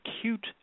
acute